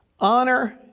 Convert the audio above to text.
honor